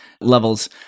levels